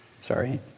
Sorry